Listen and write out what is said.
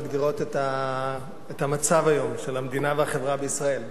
מגדירות את המצב של המדינה ושל החברה בישראל היום,